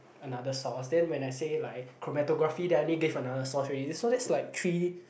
another source then when I say like chromotherapy then I need to give another source already so that's like three